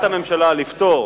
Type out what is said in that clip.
הממשלה לפטור